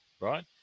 right